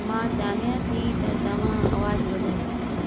मांं चाहियां थी त तव्हां आवाज़ु वधायो